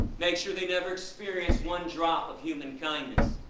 make sure they never experience one drop of human kindness,